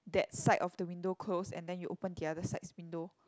that side of the window close and then you open the other sides window